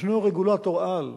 ישנו רגולטור-על,